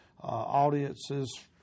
audiences